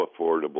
affordable